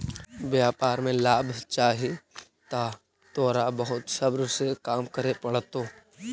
व्यापार में लाभ चाहि त तोरा बहुत सब्र से काम करे पड़तो